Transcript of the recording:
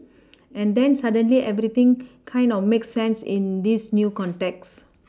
and then suddenly everything kind of makes sense in this new context